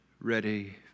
ready